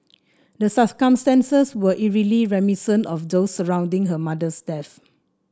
the circumstances were eerily reminiscent of those surrounding her mother's death